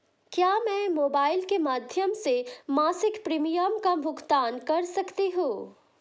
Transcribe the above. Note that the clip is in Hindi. क्या मैं मोबाइल के माध्यम से मासिक प्रिमियम का भुगतान कर सकती हूँ?